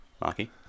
Marky